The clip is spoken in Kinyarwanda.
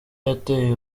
yateye